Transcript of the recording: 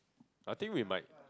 I think we might